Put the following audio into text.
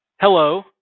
Hello